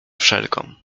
wszelką